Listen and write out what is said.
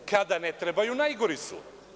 Kada ne trebaju, najgori su.